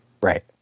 Right